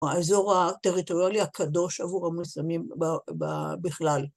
האזור הטריטוריאלי הקדוש עבור המוסלמים בכלל.